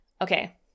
Okay